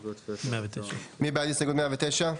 מי בעד הסתייגות 109?